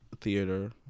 Theater